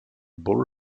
ball